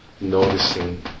noticing